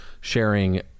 sharing